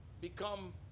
become